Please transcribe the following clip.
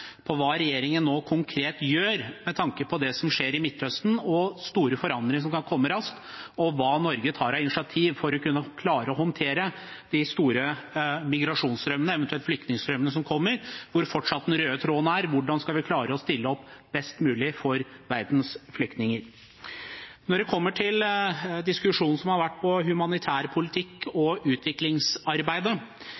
på hva regjeringen nå konkret gjør med tanke på det som skjer i Midtøsten og store forandringer som kan komme raskt, og hva Norge tar av initiativ for å kunne klare å håndtere de store migrasjonsstrømmene, eventuelt flyktningstrømmene, som kommer, hvor fortsatt den røde tråden er. Hvordan skal vi klare å stille opp best mulig for verdens flyktninger? Når det kommer til diskusjonen som har vært rundt humanitær politikk og